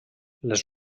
les